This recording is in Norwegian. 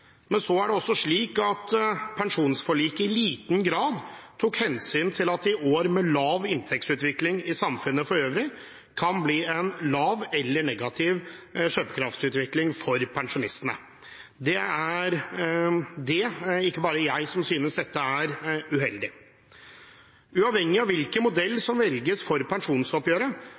Men så er det også slik at pensjonsforliket i liten grad tok hensyn til at det i år med lav inntektsutvikling i samfunnet for øvrig kan bli en lav eller negativ kjøpekraftsutvikling for pensjonistene. Det er ikke bare jeg som synes dette er uheldig. Uavhengig av hvilken modell som velges for pensjonsoppgjøret,